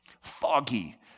foggy